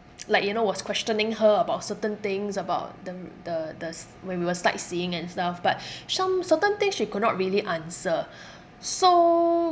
like you know was questioning her about certain things about the m~ the the s~ when we were sightseeing and stuff but some certain thing she could not really answer so